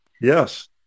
yes